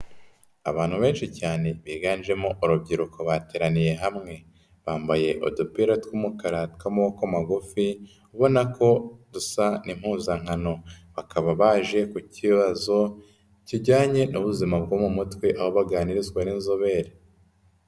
Abantu benshi cyane biganjemo urubyiruko bateraniye hamwe. Bambaye udupira tw'umukara tw'amaboko magufi ubonako dusa n'impuzankano. Bakaba baje ku kibazo kijyanye n'ubuzima bwo mu mutwe aho baganirizwa n'inzobere.